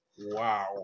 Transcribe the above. Wow